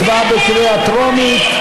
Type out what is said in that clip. הצבעה בקריאה טרומית.